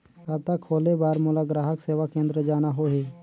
खाता खोले बार मोला ग्राहक सेवा केंद्र जाना होही?